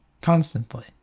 constantly